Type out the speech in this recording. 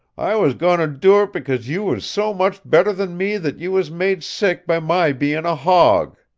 i was goin' to do it because you was so much better than me that you was made sick by my bein' a hawg.